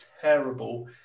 terrible